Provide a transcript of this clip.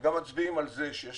גם מצביעים על זה שיש